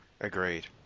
Agreed